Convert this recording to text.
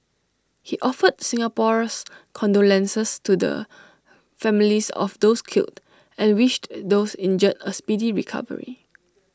he offered Singapore's condolences to the families of those killed and wished those injured A speedy recovery